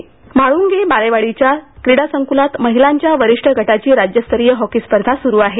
hockey Mhalunge बालेवाडीच्या क्रीडासंकुलात महिलांच्या वरीष्ठ गटाची राज्यस्तरीय हॉकी स्पर्धा स्रु आहे